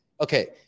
okay